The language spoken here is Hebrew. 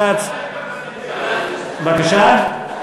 בבקשה?